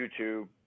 YouTube